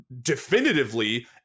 definitively